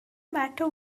matter